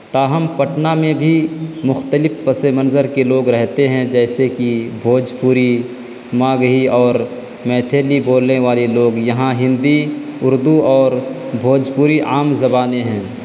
تاہم پٹنہ میں بھی مختلف پس منظر کے لوگ رہتے ہیں جیسے کہ بھوجپوری ماگہی اور میتھلی بولنے والے لوگ یہاں ہندی اردو اور بھوجپوری عام زبانیں ہیں